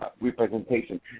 representation